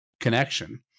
connection